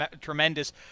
tremendous